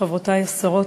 חברותי השרות,